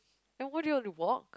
and why do you have to walk